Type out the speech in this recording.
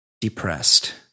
depressed